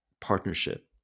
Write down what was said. partnership